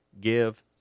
give